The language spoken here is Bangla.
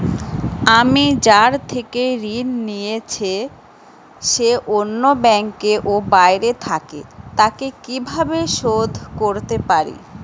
আমি যার থেকে ঋণ নিয়েছে সে অন্য ব্যাংকে ও বাইরে থাকে, তাকে কীভাবে শোধ করতে পারি?